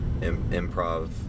improv